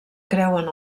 creuen